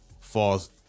falls